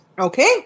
Okay